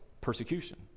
persecution